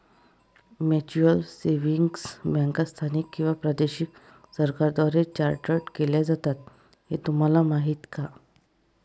Mutual savings बँका स्थानिक किंवा प्रादेशिक सरकारांद्वारे चार्टर्ड केल्या जातात हे तुम्हाला माहीत का?